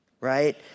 right